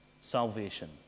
salvation